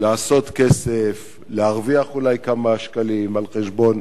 לעשות כסף, להרוויח אולי כמה שקלים על חשבון